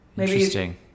Interesting